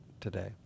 today